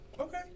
Okay